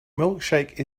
milkshake